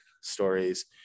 stories